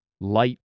Light